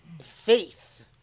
faith